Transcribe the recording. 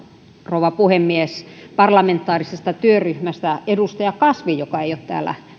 rouva puhemies parlamentaarisesta työryhmästä että edustaja kasvi joka